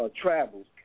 travels